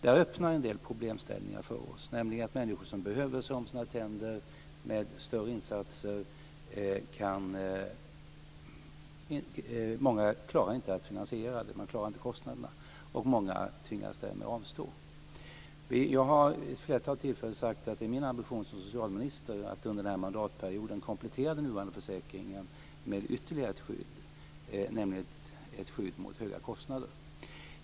Detta öppnar för en del problemställningar för oss, nämligen att människor som behöver se om sina tänder med större insatser inte klarar kostnaderna. Många tvingas därmed avstå. Jag har vid ett flertal tillfällen sagt att det är min ambition som socialminister att under den här mandatperioden komplettera den nuvarande försäkringen med ytterligare ett skydd, nämligen ett skydd mot höga kostnader.